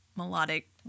melodic